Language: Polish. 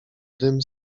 dym